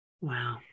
Wow